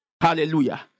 Hallelujah